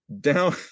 down